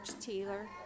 Taylor